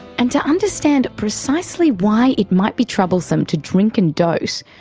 and to understand precisely why it might be troublesome to drink and dose,